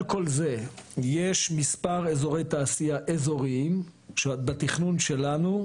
על כל זה יש מספר אזורי תעשייה אזוריים שבתכנון שלנו,